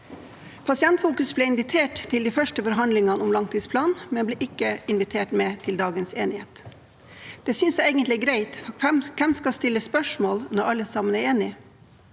Pasientfokus ble invitert til de første forhandlingene om langtidsplanen, men ble ikke invitert med til dagens enighet. Det synes jeg egentlig er greit. Hvem skal stille spørsmål når alle sammen er enige,